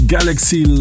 Galaxy